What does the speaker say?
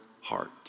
heart